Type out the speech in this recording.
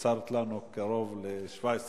קיצרת לנו קרוב ל-17 דקות.